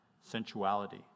sensuality